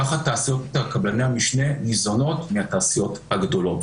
ככה תעשיות קבלני המשנה ניזונות מהתעשיות הגדולות,